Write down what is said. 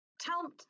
Tell